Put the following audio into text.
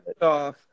off